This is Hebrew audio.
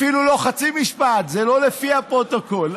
אפילו לא חצי משפט, זה לא לפי הפרוטוקול.